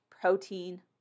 protein